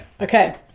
Okay